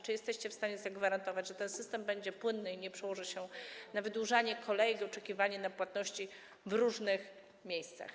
Czy jesteście w stanie zagwarantować, że ten system będzie płynny i nie przełoży się to na wydłużanie kolejek, oczekiwanie na płatności w różnych miejscach?